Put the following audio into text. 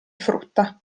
frutta